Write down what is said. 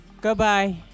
Goodbye